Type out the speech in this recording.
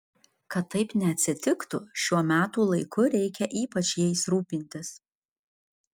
kad taip neatsitiktų šiuo metų laiku reikia ypač jais rūpintis